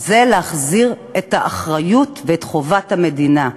זה להחזיר את האחריות ואת חובת המדינה.